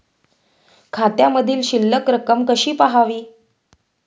खात्यामधील शिल्लक रक्कम कशी पहावी?